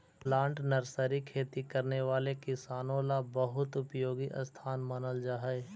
plant nursery खेती करने वाले किसानों ला बहुत उपयोगी स्थान मानल जा हई